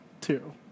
Two